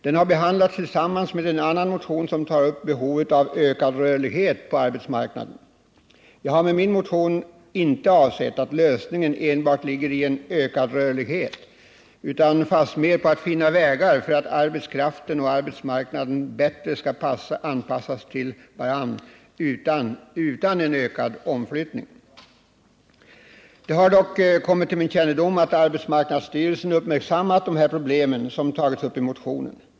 Den har behandlats tillsammans med en annan motion från moderaterna, som tar upp behovet av ökad rörlighet på arbetsmarknaden. Jag har med min motion inte avsett att lösningen enbart ligger i ökad rörlighet, utan fastmer att finna vägar för att arbetskraften och arbetsmarknaden skall bättre anpassas till varandra utan en ökad omflyttning. Det har dock kommit till min kännedom att arbetsmarknadsstyrelsen uppmärksammat de problem som tagits upp i motionen.